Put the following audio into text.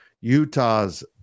Utah's